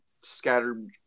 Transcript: scattered